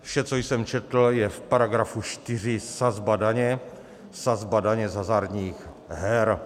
Vše, co jsem četl, je v § 4 Sazba daně, sazba daně z hazardních her.